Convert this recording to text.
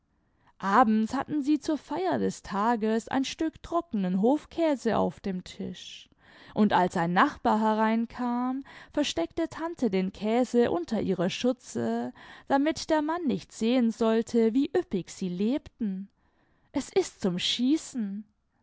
abends hatten sie zur feier des tages ein stück trockenen hofkäse auf dem tisch und als ein nachbar hereinkam versteckte tante den käse unter ihrer schürze damit der mann nicht sehen sollte wie üppig sie lebten es ist zum schießen